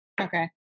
Okay